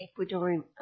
Ecuadorian